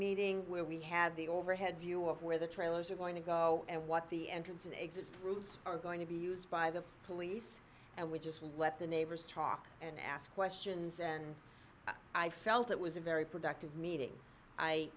meeting where we had the overhead view of where the trailers are going to go and what the entrance and exit routes are going to be used by the police and we just let the neighbors talk and ask questions and i felt it was a very productive meeting i